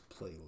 playlist